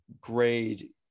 grade